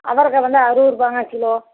அவரக்காய் வந்து அறுபருபாங்க கிலோ